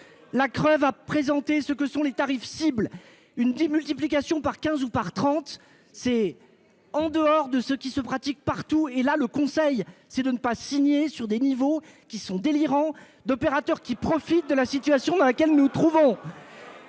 la a présenté ce que sont les tarifs une démultiplication par 15 ou par trente, c'est en dehors de ce qui se pratique partout et là, le conseil, c'est de ne pas signer sur des niveaux qui sont délirants d'opérateurs qui profitent de la situation dans laquelle nous trouvons.